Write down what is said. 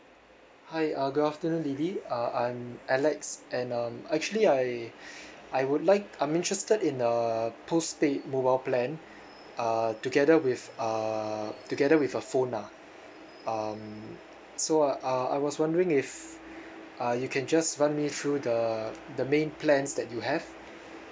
hi uh good afternoon lily uh I'm alex and um actually I I would like I'm interested in uh postpaid mobile plan uh together with uh together with a phone lah um so uh I was wondering if uh you can just run me through the the main plans that you have